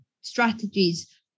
strategies